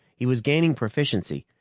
he was gaining proficiency,